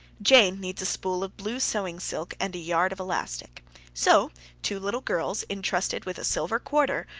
jane needs a spool of blue sewing-silk and a yard of elastic so two little girls, intrusted with a silver quarter,